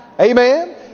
Amen